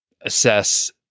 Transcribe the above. assess